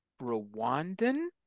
Rwandan